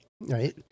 right